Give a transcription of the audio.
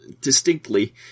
distinctly